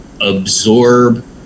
absorb